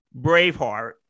Braveheart